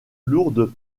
lourdes